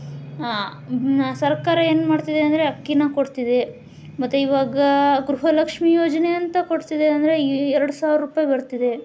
ಸರ್ಕಾರ ಏನು ಮಾಡ್ತಿದೆ ಅಂದರೆ ಅಕ್ಕಿನ ಕೊಡ್ತಿದೆ ಮತ್ತು ಇವಾಗ ಗೃಹಲಕ್ಷ್ಮೀ ಯೋಜನೆ ಅಂತ ಕೊಡ್ತಿದೆ ಅಂದರೆ ಈ ಎರಡು ಸಾವಿರ ರೂಪಾಯಿ ಬರ್ತಿದೆ